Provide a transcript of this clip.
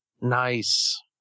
Nice